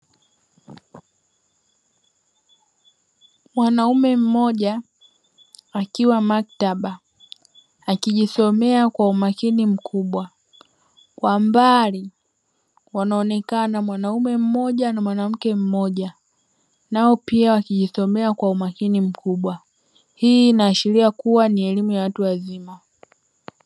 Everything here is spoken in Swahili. Mwanaume mmoja akiwa maktaba, akijisomea kwa umakini mkubwa, kwa mbali wanaonekana mwanaume mmoja na mwanamke mmoja, nao pia wakijisomea kwa umakini mkubwa, hii inaashiria kuwa ni elemu ya watu wazima.